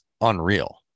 unreal